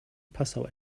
passau